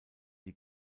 die